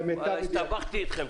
למיטב ידיעתי --- הסתבכתי אתכם.